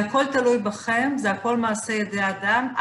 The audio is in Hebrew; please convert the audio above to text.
הכל תלוי בכם, זה הכל מעשי ידי האדם.